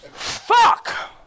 Fuck